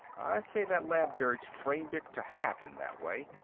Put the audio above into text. i'd say that labdurg framed it to happen that way.